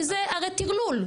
כי זה הרי טרלול.